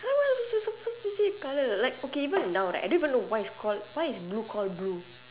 how am I to suppose to say colour like okay even now right I don't even know why it's called why is blue called blue